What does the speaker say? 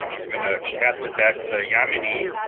um i'm gonna pass it back to yamini.